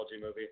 movie